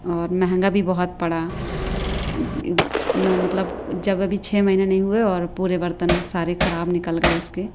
और महंगा भी बहुत पड़ा मतलब जब अभी छ महीने नहीं हुए और पूरे बर्तन सारे ख़राब निकल गए उसके